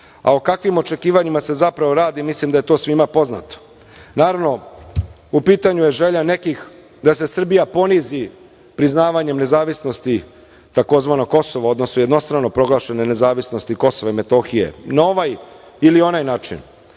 A o kakvim očekivanjima se zapravo radi, mislim da je to svima poznato. Naravno, u pitanju je želja nekih da se Srbija ponizi priznavanjem nezavisnosti tzv. Kosova, odnosno jednostrano proglašene nezavisnosti Kosova i Metohije, na ovaj ili onaj način,